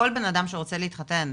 כל בנאדם שרוצה להתחתן,